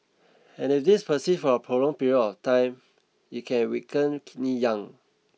and if this persists for a prolonged period of time it can weaken kidney yang